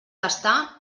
gastar